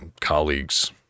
colleagues